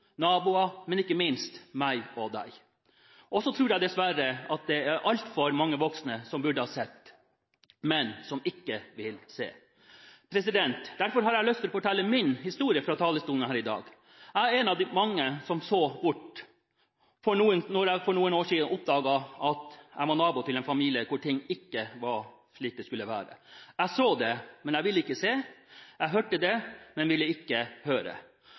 naboer, men ikke minst meg og deg. Så tror jeg dessverre at det er altfor mange voksne som burde ha sett, men som ikke vil se. Derfor har jeg lyst til å fortelle min historie fra talerstolen her i dag. Jeg er en av de mange som så bort, da jeg for noen år siden oppdaget at jeg var nabo til en familie hvor ting ikke var slik det skulle være. Jeg så det, men jeg ville ikke se. Jeg hørte det, men ville ikke høre.